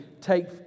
take